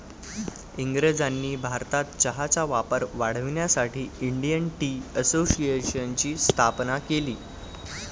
इंग्रजांनी भारतात चहाचा वापर वाढवण्यासाठी इंडियन टी असोसिएशनची स्थापना केली